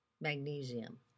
magnesium